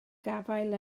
gafael